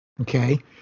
Okay